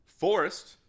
Forest